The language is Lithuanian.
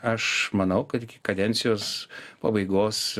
aš manau kad iki kadencijos pabaigos